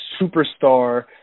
superstar